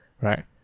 right